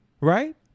right